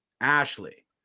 ashley